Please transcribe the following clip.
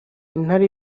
intare